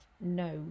no